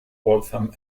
waltham